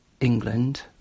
England